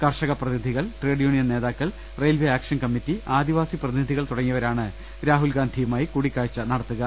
കർഷക പ്രതിനിധികൾ trade union നേതാക്കൾ റെയിൽവെ ആക്ഷൻ കമ്മിറ്റി ആദിവാസി പ്രതിനിധി കൾ തുടങ്ങിയവരാണ് രാഹുൽഗാന്ധിയുമായി കൂടിക്കാഴ്ച നടത്തുക